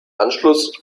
anschluss